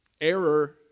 Error